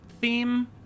theme